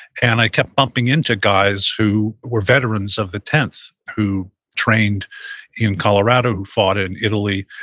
and i kept bumping into guys who were veterans of the tenth, who trained in colorado, who fought in italy,